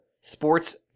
sports